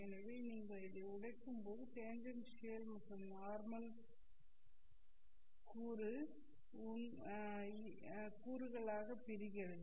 எனவே நீங்கள் இதை உடைக்கும்போது டேன்ஜென்ஷியல் மற்றும் நார்மல் கூறுகளாக பிரிகிறது